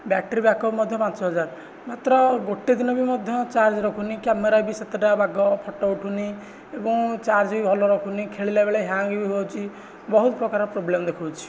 battery backup ମଧ୍ୟ ପାଞ୍ଚ ହଜାର ମାତ୍ର ଗୋଟିଏ ଦିନ ବି ମଧ୍ୟ ଚାର୍ଜ ରଖୁନି କ୍ୟାମେରା ବି ସେତେଟା ବାଗ ଫଟୋ ଉଠୁନାହିଁ ଏବଂ ଚାର୍ଜ ବି ଭଲ ରଖୁନାହିଁ ଖେଳିଲା ବେଳେ ହ୍ୟାଙ୍ଗ୍ ବି ହେଉଛି ବହୁତ ପ୍ରକାର ପ୍ରୋବ୍ଲେମ ଦେଖାଉଛି